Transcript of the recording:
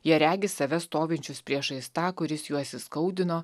jie regi save stovinčius priešais tą kuris juos įskaudino